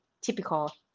typical